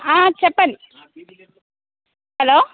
చెప్పండి హలో